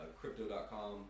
Crypto.com